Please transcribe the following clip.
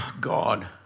God